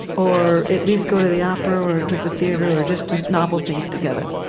or at least go to the opera, or to the theatre, or just do novel things together.